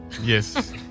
Yes